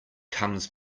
comes